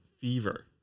fever